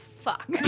fuck